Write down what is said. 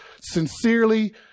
sincerely